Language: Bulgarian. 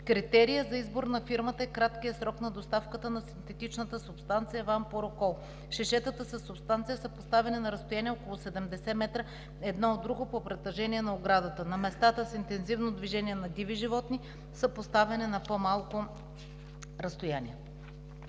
Критерият за избор на фирмата е краткият срок на доставката на синтетичната субстанция вам порокол. Шишетата със субстанция са поставени на разстояние около 70 м едно от друго по протежение на оградата. На местата с интензивно движение на диви животни са поставени на по-малко разстояние.